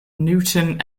newton